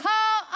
Call